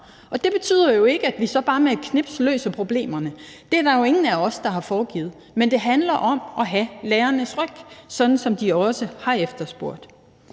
Det betyder jo ikke, at vi så bare med et fingerknips løser problemerne – det er der jo ingen af os der har foregivet. Men det handler om at give lærerne rygdækning, sådan som de også har efterspurgt.